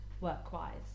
work-wise